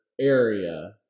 area